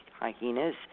hyenas